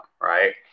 right